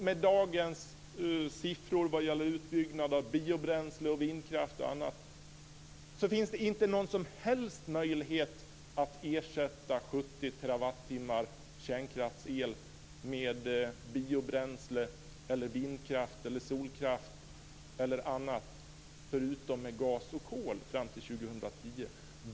Med dagens siffror vad gäller utbyggnad av biobränslen, vindkraft och annat finns det inte någon som helst möjlighet att ersätta 70 terawattimmar kärnkraftsel med biobränsle, vindkraft, solkraft eller något annat, förutom med gas eller kol, fram till 2010.